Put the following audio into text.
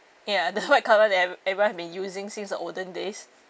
ya the white colour that e~ everyone have been using since the olden days